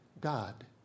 God